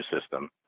system